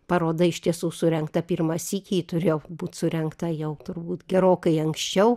paroda iš tiesų surengta pirmą sykį ji turėjo būt surengta jau turbūt gerokai anksčiau